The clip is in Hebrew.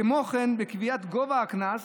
כמו כן, בקביעת גובה הקנס"